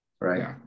Right